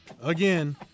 Again